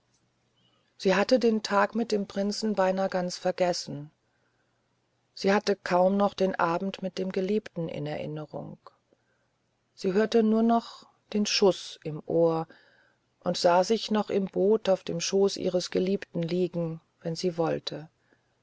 sie hatte den tag mit dem prinzen beinah ganz vergessen sie hatte kaum noch den abend mit dem geliebten in erinnerung sie hörte nur noch den schuß im ohr und sah sich noch im boot auf dem schoße ihres geliebten liegen wenn sie wollte